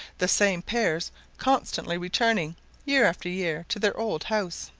the same pairs constantly returning year after year, to their old house.